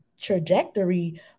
trajectory